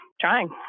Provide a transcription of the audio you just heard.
trying